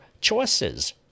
choices